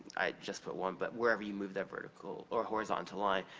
i just put one. but wherever you move that vertical, or horizontal line,